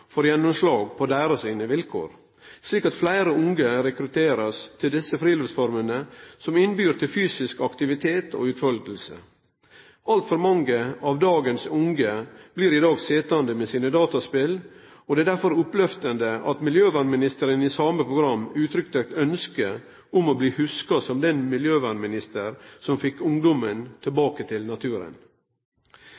får gjennomslag på deira vilkår, slik at fleire unge blir rekrutterte til desse friluftsformene, som innbyr til fysisk aktivitet og utfolding. Altfor mange av dagens unge blir i dag sitjande med sine dataspel, og det er derfor opplyftande at miljøvernministeren i same program uttrykte eit ønske om å bli hugsa som den miljøvernministeren som fekk